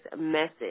message